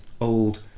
old